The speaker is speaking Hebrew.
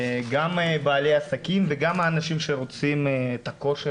גם בעלי עסקים וגם האנשים שרוצים את הכושר,